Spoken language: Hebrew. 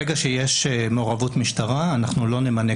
ברגע שיש מעורבות משטרה אנחנו לא נמנה